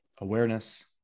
awareness